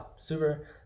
super